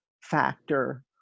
factor